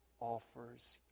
offers